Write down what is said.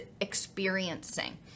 experiencing